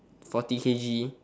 forty k_g